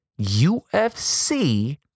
UFC